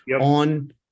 on